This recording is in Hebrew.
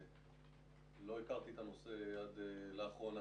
בספר המבחנים, ולא הכרתי את הנושא עד לאחרונה